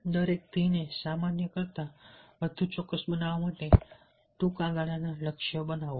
દરેક ધ્યેયને સામાન્ય કરતાં વધુ ચોક્કસ બનાવવા માટે ટૂંકા ગાળાના લક્ષ્યો બનાવો